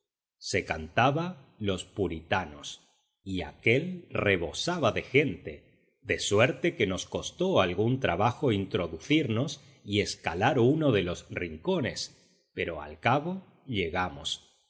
se cantaba los puritanos y aquél rebosaba de gente de suerte que nos costó algún trabajo introducirnos y escalar uno de los rincones pero al cabo llegamos